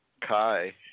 Kai